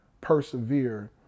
persevere